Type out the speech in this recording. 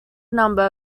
number